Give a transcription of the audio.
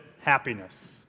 happiness